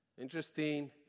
Interesting